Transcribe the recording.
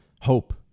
Hope